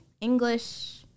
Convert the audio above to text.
English